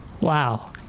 wow